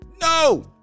No